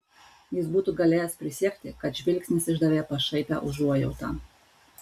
jis būtų galėjęs prisiekti kad žvilgsnis išdavė pašaipią užuojautą